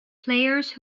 players